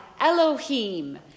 Elohim